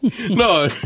no